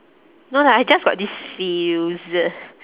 no lah I just got this feels